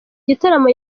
gitaramo